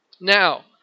Now